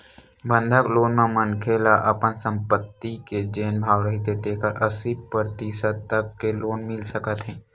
बंधक लोन म मनखे ल अपन संपत्ति के जेन भाव रहिथे तेखर अस्सी परतिसत तक के लोन मिल सकत हे